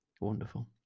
Wonderful